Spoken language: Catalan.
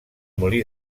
molí